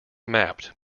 mapped